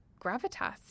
gravitas